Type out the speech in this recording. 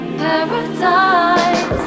paradise